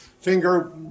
finger